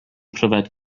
pryfed